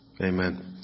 Amen